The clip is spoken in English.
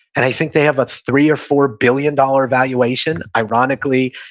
and i think they have ah three or four billion dollar valuation. ironically,